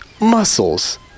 Muscles